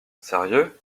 sérieux